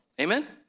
Amen